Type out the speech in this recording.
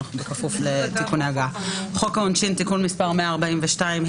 בכפוף לתיקוני הגהה: חוק העונשין (תיקון מס׳ 142),